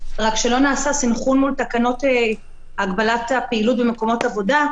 רק שלא נעשה סנכרון מול תקנות הגבלת הפעילות במקומות עבודה,